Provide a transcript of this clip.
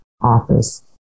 office